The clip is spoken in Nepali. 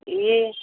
ए